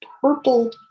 purple